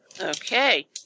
Okay